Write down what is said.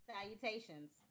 Salutations